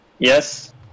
Yes